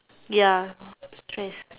ya yes